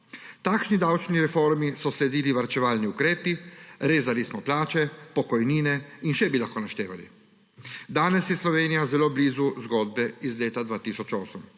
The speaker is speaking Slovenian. Takšni davčni reformi so sledili varčevalni ukrepi, rezali smo plače, pokojnine in še bi lahko naštevali. Danes je Slovenija zelo blizu zgodbe iz leta 2008.